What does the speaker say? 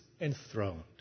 enthroned